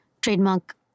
trademark